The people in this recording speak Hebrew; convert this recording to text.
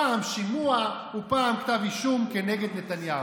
פעם שימוע ופעם כתב אישום כנגד נתניהו.